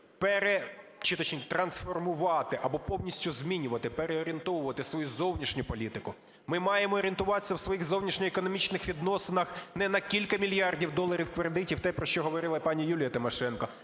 все-таки перетрансформувати або повністю змінювати, переорієнтовувати свою зовнішню політику, ми маємо орієнтуватися в своїх зовнішньоекономічних відносинах не на кілька мільярдів доларів кредитів, те, про що говорила пані Юлія Тимошенко,